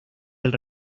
del